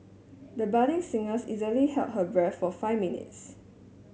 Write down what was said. the budding singers easily held her breath for five minutes